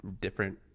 different